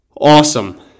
awesome